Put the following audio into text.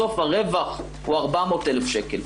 בסוף הרווח הוא 400 אלף שקל.